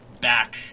back